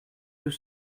deux